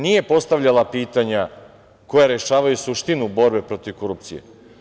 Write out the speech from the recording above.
Nije postavljala pitanja koja rešavaju suštinu borbe protiv korupcije.